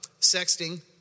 Sexting